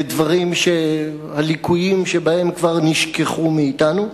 לדברים שהליקויים שבהם כבר נשכחו מאתנו,